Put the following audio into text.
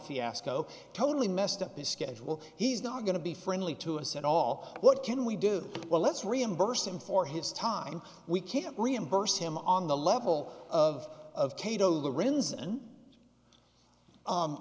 fiasco totally messed up his schedule he's not going to be friendly to us at all what can we do well let's reimburse him for his time we can reimburse him on the level of